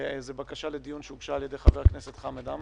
זו בקשה לדיון שהוגשה על ידי חבר הכנסת חמד עמאר.